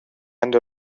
end